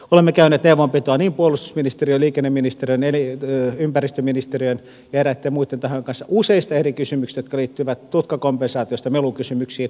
olemme käyneet neuvonpitoa puolustusministeriön liikenneministeriön ympäristöministeriön ja eräitten muitten tahojen kanssa useista eri kysymyksistä jotka liittyvät tutkakompensaatiosta melukysymyksiin